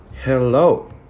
Hello